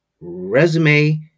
resume